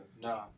no